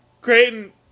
Creighton